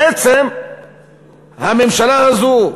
בעצם הממשלה הזאת,